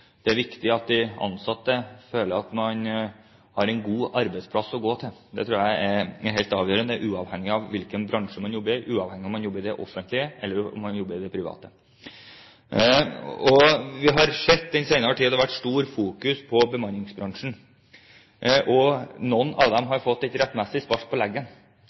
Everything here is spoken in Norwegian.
Det er viktig at de ansatte føler at de har en god arbeidsplass å gå til. Det tror jeg er helt avgjørende, uavhengig av hvilken bransje en jobber i, uavhengig av om en jobber i det offentlige eller om en jobber i det private. Vi har den senere tiden sett at det har vært et stort fokus på bemanningsbransjen. Noen av dem har fått et rettmessig